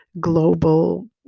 global